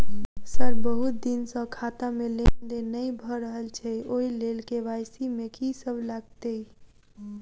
Sir बहुत दिन सऽ खाता मे लेनदेन नै भऽ रहल छैय ओई लेल के.वाई.सी मे की सब लागति ई?